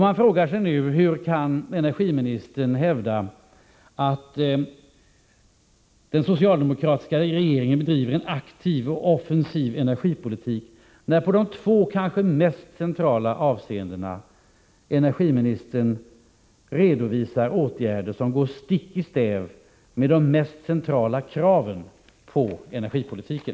Man frågar sig nu: Hur kan energiministern hävda att den socialdemokratiska regeringen bedriver en aktiv och offensiv energipolitik, när energiministern i de två kanske mest centrala avseendena redovisar åtgärder som går stick i stäv mot de mest centrala kraven på energipolitiken?